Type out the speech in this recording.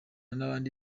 n’abandi